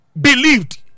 believed